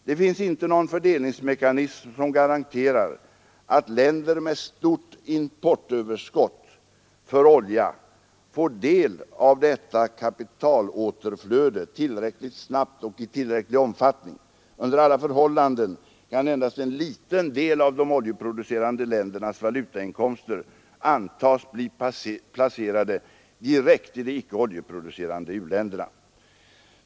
Det finns inte någon fördelningsmekanism som garanterar att länder med stort importöverskott för olja får del av detta kapitalåterflöde tillräckligt snabbt och i tillräcklig omfattning. Under alla förhållanden kan endast en liten del av de oljeproducerande ländernas valutainkomster antas bli placerade direkt i de icke-oljeproducerande u-länderna.